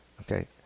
Okay